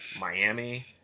Miami